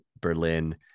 Berlin